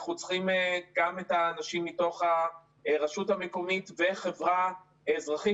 אנחנו צריכים גם את האנשים מתוך הרשות המקומית והחברה האזרחית.